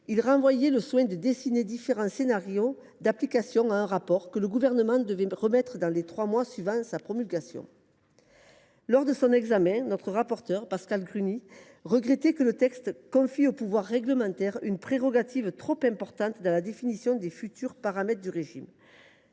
il renvoyait le soin de dessiner différents scénarios d’application à un rapport, que le Gouvernement devait remettre dans les trois mois suivant la promulgation de la loi. Lors de son examen, notre rapporteur, Pascal Gruny, avait regretté que le texte confie « au pouvoir réglementaire une prérogative trop importante dans la définition des futurs paramètres du régime